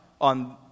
on